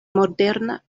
moderna